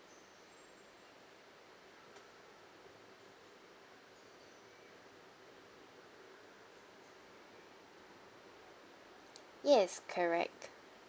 yes correct